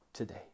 today